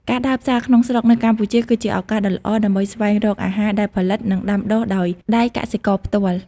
ការដើរផ្សារក្នុងស្រុកនៅកម្ពុជាគឺជាឱកាសដ៏ល្អដើម្បីស្វែងរកអាហារដែលផលិត និងដាំដុះដោយដៃកសិករផ្ទាល់។